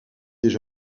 déjà